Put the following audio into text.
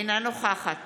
אינה נוכחת